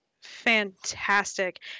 fantastic